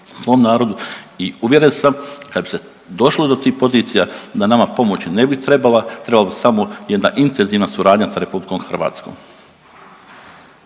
svom narodu. I uvjeren sam kad se došlo do tih pozicija da nama pomoći ne bi trebala, trebala bi samo jedna intenzivna suradnja sa RH.